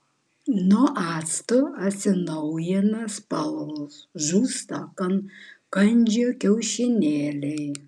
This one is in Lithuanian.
nuo acto atsinaujina spalvos žūsta kandžių kiaušinėliai